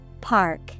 Park